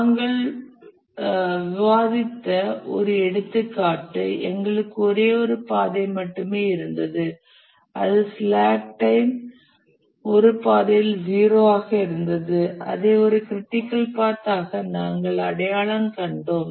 நாங்கள் விவாதித்த ஒரு எடுத்துக்காட்டு எங்களுக்கு ஒரே ஒரு பாதை மட்டுமே இருந்தது அது ஸ்லாக் டைம் ஒரு பாதையில் 0 ஆக இருந்தது அதை ஒரு க்ரிட்டிக்கல் பாத் ஆக நாங்கள் அடையாளம் கண்டோம்